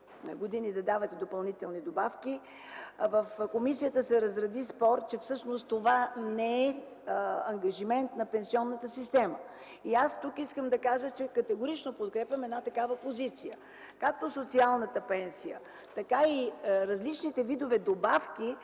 70 години, да дават и допълнителни добавки. В комисията се разрази спор, че всъщност това не е ангажимент на пенсионната система. Тук искам да кажа, че категорично подкрепям една такава позиция. Както социалната пенсия, така и различните видове добавки